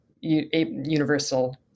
universal